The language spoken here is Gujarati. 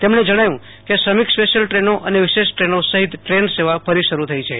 તેમણે જણાવ્યું કે શ્રમિક સ્પેશિયલ દ્રેનો અને વિશેષ દ્રેનો સહિત દ્રેન સેવા ફરી શરૂ થઈ છે